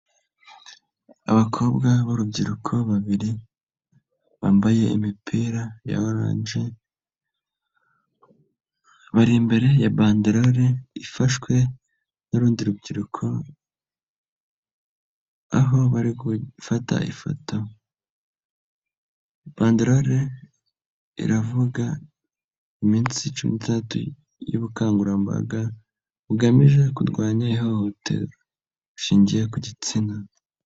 Abakobwa b'urubyiruko babiri, bambaye imipira ya orange, bari imbere ya bandarore ifashwe n'urundi rubyiruko, aho bari gufata ifoto. Bandarore iravuga iminsi cumi y'ubukangurambaga bugamije kurwanya ihohoterwa rishingiye ku gitsina.